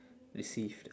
received